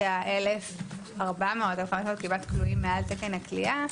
זאת אומרת שזה כרגע כמעט 1,400 או 1,500 כלואים מעל תקן הכליאה.